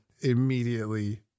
immediately